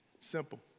simple